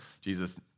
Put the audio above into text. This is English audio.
Jesus